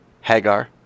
Hagar